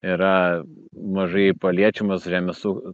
yra mažai paliečiamas žemės ū